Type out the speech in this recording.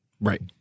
right